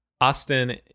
Austin